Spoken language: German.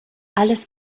alles